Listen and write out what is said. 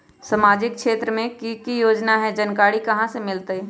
सामाजिक क्षेत्र मे कि की योजना है जानकारी कहाँ से मिलतै?